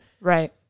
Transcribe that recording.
Right